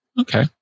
okay